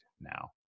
now